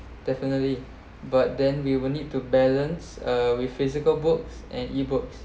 definitely but then we will need to balance uh with physical books and ebooks